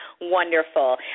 wonderful